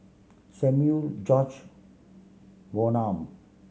Samuel George Bonham